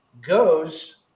goes